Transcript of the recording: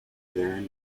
there